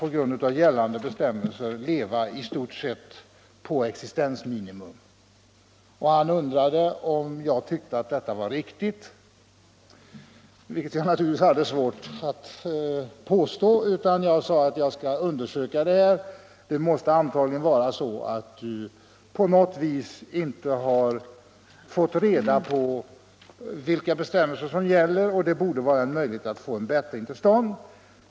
På grund av gällande bestämmelser tvingades han nu att leva på i stort sett existensminimum. Han undrade om jag tyckte detta var riktigt, vilket jag naturligtvis hade svårt att påstå. Jag framhöll att jag skulle undersöka saken och att han antagligen inte hade reda på vilka bestämmelser som gällde. Det borde vara möjligt att få en bättring till stånd.